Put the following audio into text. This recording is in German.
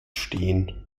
stehen